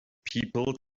people